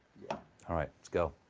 yeah all right. let's go.